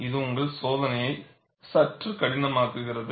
இது உங்கள் சோதனையையும் சற்று கடினமாக்குகிறது